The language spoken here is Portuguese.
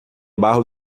barro